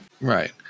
Right